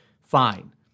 fine